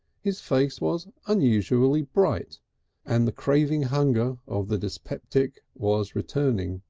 his face was unusually bright and the craving hunger of the dyspeptic was returning.